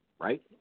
Right